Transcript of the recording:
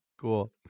Cool